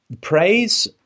praise